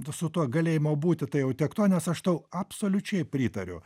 su tuo galėjimo būti tai jau tiek to nes aš tau absoliučiai pritariu